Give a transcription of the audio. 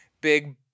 big